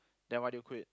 then why did you quit